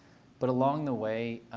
but along the way,